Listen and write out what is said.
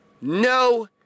no